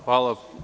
Hvala.